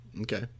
Okay